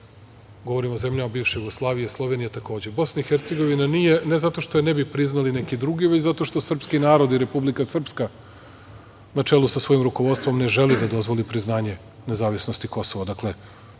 govorim o zemljama bivše Jugoslavije, Slovenija takođe. Bosna i Hercegovina nije, ne zato što je ne bi priznali neki drugi, već zato što srpski narod i Republika Srpska, na čelu sa svojim rukovodstvom, ne želi da dozvoli priznanje nezavisnosti Kosova.